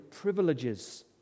privileges